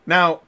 Now